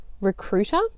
Recruiter